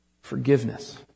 Forgiveness